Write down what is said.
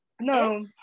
no